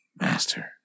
Master